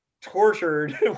tortured